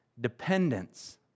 dependence